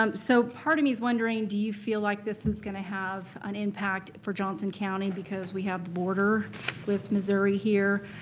um so part of me is wondering, do you feel like this is gonna have an impact for johnson county because we have the border with missouri here?